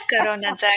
Corona